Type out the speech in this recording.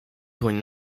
dłoń